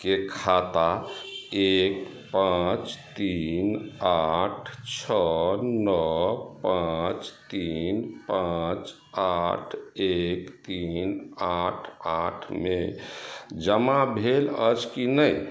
के खाता एक पाँच तीन आठ छओ नओ पाँच तीन पाँच आठ एक तीन आठ आठमे जमा भेल अछि कि नहि